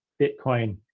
Bitcoin